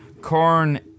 corn